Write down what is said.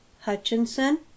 hutchinson